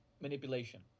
manipulation